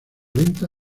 venta